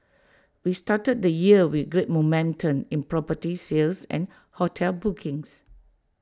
we started the year with great momentum in property sales and hotel bookings